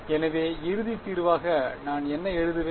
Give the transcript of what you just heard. எனவே இறுதி தீர்வாக நான் என்ன எழுதுவேன்